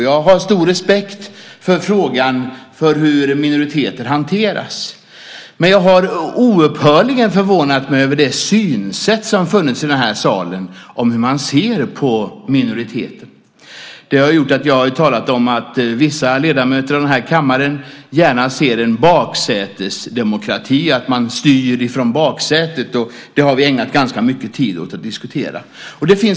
Jag har stor respekt för hur minoriteter hanteras, men jag har hela tiden förvånats av det sätt att se på minoriteter som finns här i salen. Det har fått mig att säga att vissa ledamöter gärna ser en baksätesdemokrati, det vill säga att man styr från baksätet. Vi har ägnat ganska mycket tid åt att diskutera detta.